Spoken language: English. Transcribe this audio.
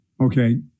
Okay